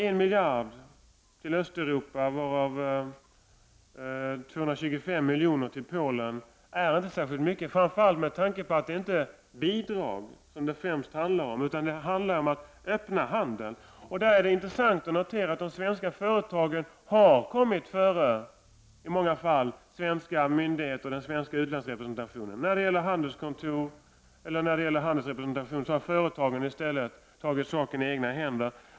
En miljard till Östeuropa, av vilka 225 miljoner skall gå till Polen, är inte särskilt mycket, framför allt inte med tanke på att det inte främst handlar om bidrag, utan det handlar om att öppna handeln. Det är ju intressant att notera att de svenska företagen i många fall har kommit före svenska myndigheter och den svenska utlandsrepresentationen. I avsaknad av handelsrepresentation har företagen i stället tagit saken i egna händer.